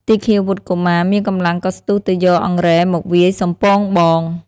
ទីឃាវុត្ត កុមារ មានកម្លាំងក៏ស្ទុះទៅយកអង្រែមកវាយសំពងបង។